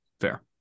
fair